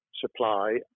supply